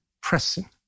pressing